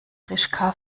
rikscha